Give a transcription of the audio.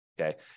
okay